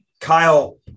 Kyle